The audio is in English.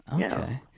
Okay